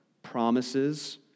Promises